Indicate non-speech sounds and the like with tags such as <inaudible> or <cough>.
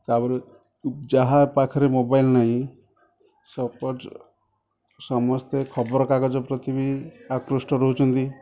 ତାପରେ ଯାହା ପାଖରେ ମୋବାଇଲ୍ ନାହିଁ <unintelligible> ସମସ୍ତେ ଖବର କାଗଜ ପ୍ରତି ବି ଆକୃଷ୍ଟ ରହୁଛନ୍ତି